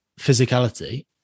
physicality